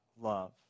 love